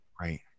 Right